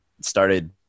started –